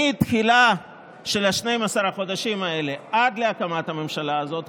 מההתחלה של 12 החודשים האלה עד להקמת הממשלה הזאת,